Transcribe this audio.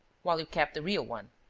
while you kept the real one.